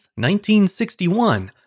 1961